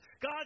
God